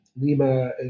Lima